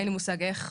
אין לי מושג איך,